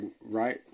right